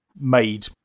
made